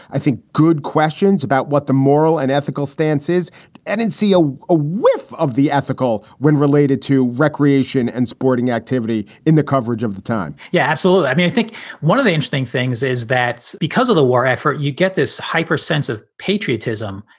i think, good questions about what the moral and ethical stances and and see a ah whiff of the ethical when related to recreation and sporting activity in the coverage of the time yeah, absolutely. i mean, i think one of the interesting things is that because of the war effort, you get this hyper sense of patriotism.